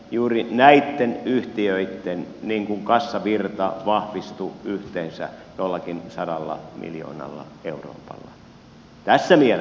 juuri näitten yhtiöitten kassavirta vahvistui yhteensä jollakin sadalla miljoonalla eurolla